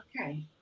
okay